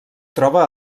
troba